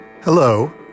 hello